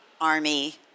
army